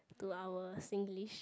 to our Singlish